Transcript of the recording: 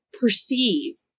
perceive